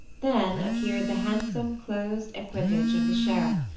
then appeared the handsome, closed equipage of the sheriff,